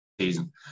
season